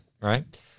Right